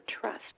trust